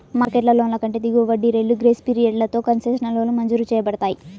market లోన్ల కంటే దిగువ వడ్డీ రేట్లు, గ్రేస్ పీరియడ్లతో కన్సెషనల్ లోన్లు మంజూరు చేయబడతాయి